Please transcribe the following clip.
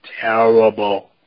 Terrible